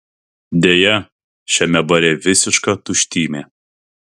deja šiame bare visiška tuštymė